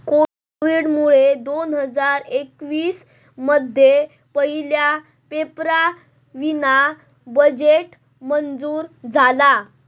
कोविडमुळे दोन हजार एकवीस मध्ये पहिला पेपरावीना बजेट मंजूर झाला